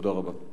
תודה רבה.